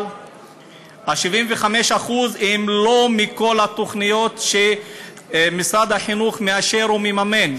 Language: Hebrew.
אבל ה-75% הם לא מכל התוכניות שמשרד החינוך מאשר או מממן,